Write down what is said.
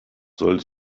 soll